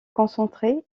concentrées